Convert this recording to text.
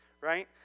Right